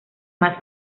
más